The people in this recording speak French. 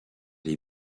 les